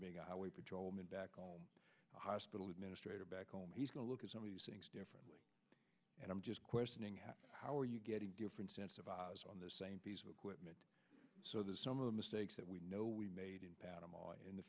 guy way patrolmen back home hospital administrator back home he's a look at some of these things differently and i'm just questioning how how are you getting different sense of us on the same piece of equipment so that some of the mistakes that we know we made in panama in the